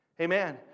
Amen